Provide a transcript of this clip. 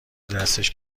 دستش